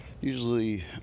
usually